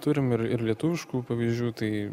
turim ir ir lietuviškų pavyzdžių tai